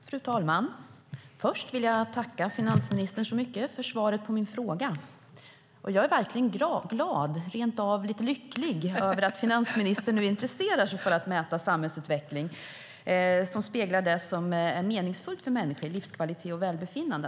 Fru talman! Först vill jag tacka finansministern så mycket för svaret på min fråga. Jag är verkligen glad, rent av lite lycklig, över att finansministern nu intresserar sig för nya sätt att mäta samhällsutveckling som speglar det som är meningsfullt för människor - livskvalitet och välbefinnande.